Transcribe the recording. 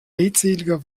redseliger